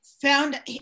found